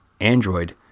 Android